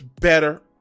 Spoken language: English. better